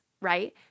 right